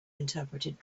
interpreted